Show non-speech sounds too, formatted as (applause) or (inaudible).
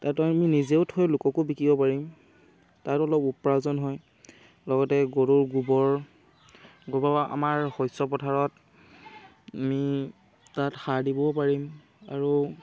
তাতো আমি নিজেও থৈ লোককো বিকিব পাৰিম তাতো অলপ উপাৰ্জন হয় লগতে গৰুৰ গোবৰ (unintelligible) আমাৰ শস্য পথাৰত আমি তাত সাৰ দিবও পাৰিম আৰু